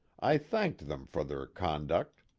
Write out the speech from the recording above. i thanked them for their conduct.